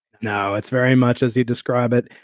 no. it's very much as you describe it.